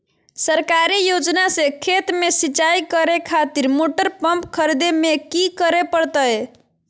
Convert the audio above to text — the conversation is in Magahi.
सरकारी योजना से खेत में सिंचाई करे खातिर मोटर पंप खरीदे में की करे परतय?